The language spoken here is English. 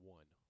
one